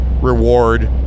reward